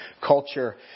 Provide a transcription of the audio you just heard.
culture